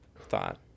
thought